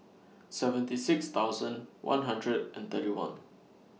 seventy six thousand one hundred and thirty one